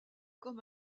comme